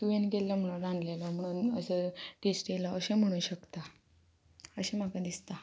तुवें केल्लो म्हणून रांदलेलो म्हणून असो टेस्ट येयलो अशें म्हणू शकता अशें म्हाका दिसता